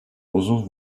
uzun